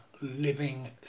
living